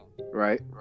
Right